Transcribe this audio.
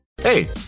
Hey